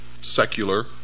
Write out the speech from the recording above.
secular